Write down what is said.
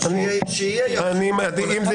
שיהיה כתוב: הכשרה כלכלית